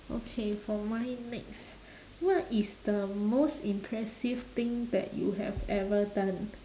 okay for mine next what is the most impressive thing that you have ever done